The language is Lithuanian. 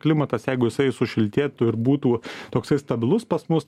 klimatas jeigu jisai sušiltėtų būtų toksai stabilus pas mus